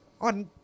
on